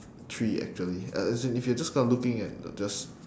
three actually uh as in if you're just gonna looking at just